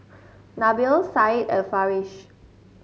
Nabil Said and Farish